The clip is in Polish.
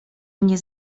mnie